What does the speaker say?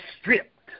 stripped